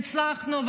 והצלחנו.